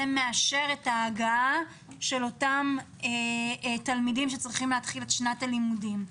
מאשר את הגעה של אותם תלמידים שצריכים להתחיל את שנת הלימודים.